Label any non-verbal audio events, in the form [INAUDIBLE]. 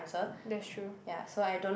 [BREATH] that's true [BREATH]